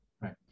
right